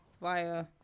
via